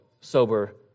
sober